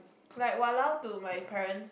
like !walao! to my parent